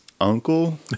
uncle